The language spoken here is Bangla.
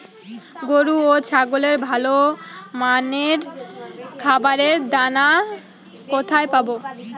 গরু ও ছাগলের ভালো মানের খাবারের দানা কোথায় পাবো?